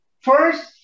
First